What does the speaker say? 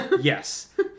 Yes